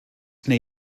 neu